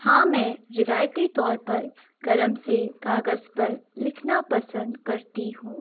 ہاں میں روایتی طور پر قلم سے کاغذ پر لکھنا پسند کرتی ہوں